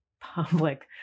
public